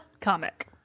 Comic